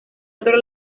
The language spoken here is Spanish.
otro